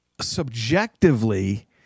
subjectively